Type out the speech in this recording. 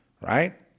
right